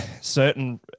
certain